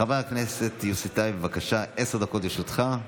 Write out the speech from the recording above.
חבר הכנסת יוסי טייב, בבקשה, עשר דקות לרשותך.